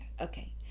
okay